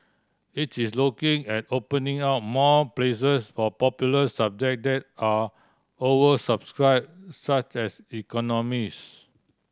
it is looking at opening up more places for popular subject that are oversubscribe such as economics